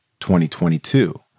2022